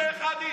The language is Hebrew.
61 איש.